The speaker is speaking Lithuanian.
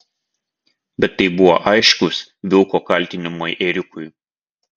bet tai buvo aiškūs vilko kaltinimai ėriukui